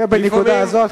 ובנקודה הזאת,